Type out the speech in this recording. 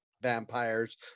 vampires